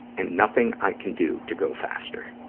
and nothing i can do to go faster.